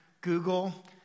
Google